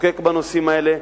לחוקק בנושאים האלה,